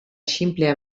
sinplea